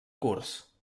curts